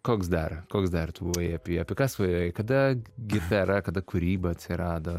koks dar koks dar tu buvai apie apie ką svajojai kada gitara kada kūryba atsirado